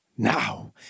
Now